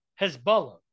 Hezbollah